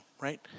right